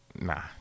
nah